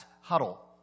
huddle